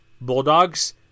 Bulldogs